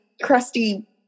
crusty